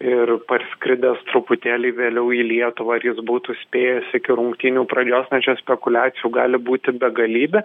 ir parskridęs truputėlį vėliau į lietuvą ar jis būtų spėjęs iki rungtynių pradžios na čia spekuliacijų gali būti begalybė